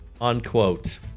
unquote